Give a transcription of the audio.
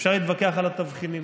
אפשר להתווכח על התבחינים,